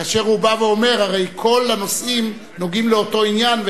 כאשר הוא בא ואומר: הרי כל הנושאים נוגעים לאותו עניין,